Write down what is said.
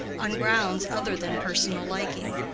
on grounds other than personal liking.